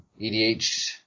EDH